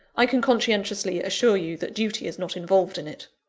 i can conscientiously assure you that duty is not involved in it.